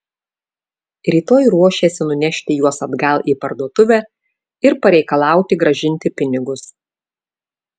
rytoj ruošėsi nunešti juos atgal į parduotuvę ir pareikalauti grąžinti pinigus